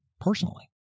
personally